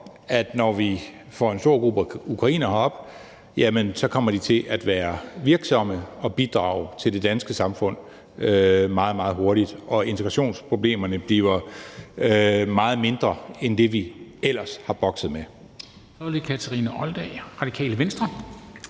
at når vi får en stor gruppe ukrainere herop, så kommer de til at være virksomme og bidrage til det danske samfund meget, meget hurtigt, og at integrationsproblemerne bliver meget mindre end det, vi ellers har bokset med.